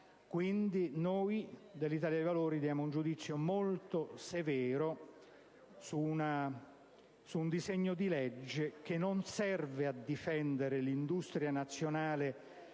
noi dell'Italia dei Valori esprimiamo un giudizio molto severo su un decreto-legge che non serve a difendere l'industria nazionale